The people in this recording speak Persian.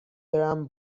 برم